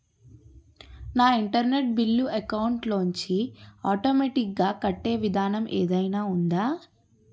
నా internet bill account లోంచి automatic గా కట్టే విధానం ఏదైనా ఉందా?